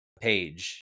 page